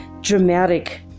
dramatic